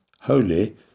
holy